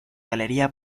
galería